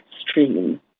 stream